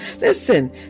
Listen